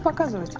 but cause of